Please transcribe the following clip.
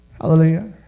Hallelujah